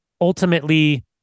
ultimately